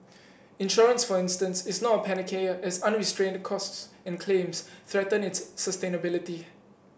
insurance for instance is not a panacea as unrestrained costs and claims threaten its sustainability